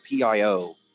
PIO